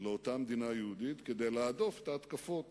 לאותה מדינה יהודית, כדי להדוף את ההתקפות